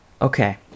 Okay